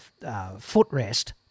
footrest